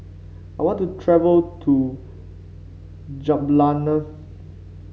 I want to travel to Jubljana